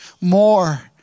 more